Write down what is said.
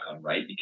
right